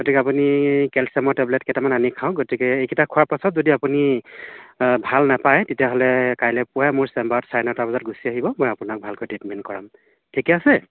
গতিকে আপুনি কেলছিয়ামৰ টেবলেট কেইটামান আনি খাৱক গতিকে এইকেইটা খোৱাৰ পিছত যদি আপুনি ভাল নাপাই তেতিয়াহ'লে কাইলেপুৱাই মোৰ চেম্বাৰত চাৰে নটা বজাত গুছি আহিব মই আপোনাক ভালকে ট্ৰিটমেন্ট কৰাম ঠিকে আছে